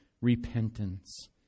repentance